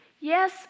Yes